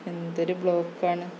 എന്തൊരു ബ്ലോക്കാണ്